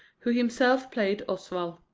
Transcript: who himself played oswald.